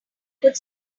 could